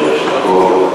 גם לך יש שלוש דקות.